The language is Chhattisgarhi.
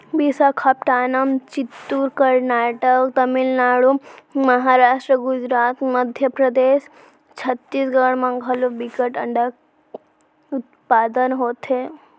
बिसाखापटनम, चित्तूर, करनाटक, तमिलनाडु, महारास्ट, गुजरात, मध्य परदेस, छत्तीसगढ़ म घलौ बिकट अंडा उत्पादन होथे